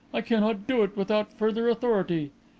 i cannot do it without further authority.